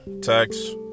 Text